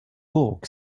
burg